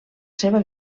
seva